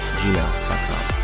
gmail.com